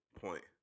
point